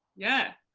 yeah,